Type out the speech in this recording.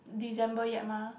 December yet mah